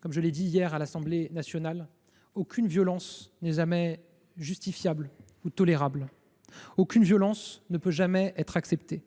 comme je l’ai fait hier à l’Assemblée nationale : aucune violence n’est justifiable ou tolérable ; la violence ne peut jamais être acceptée.